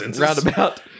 Roundabout